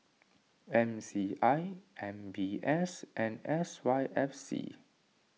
M C I M B S and S Y F C